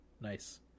Nice